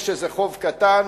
יש איזה חוב קטן.